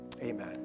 amen